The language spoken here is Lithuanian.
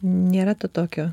nėra to tokio